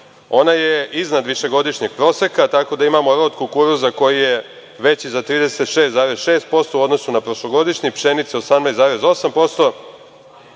ona je iznad višegodišnjeg proseka, tako da imamo rod kukuruza koji je veći za 36,6% u odnosu na prošlogodišnji, pšenice 18,8%,